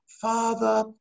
father